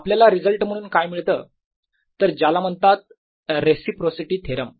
आपल्याला रिझल्ट म्हणून काय मिळतं तर ज्याला म्हणतात रेसिप्रोसिटी थेरम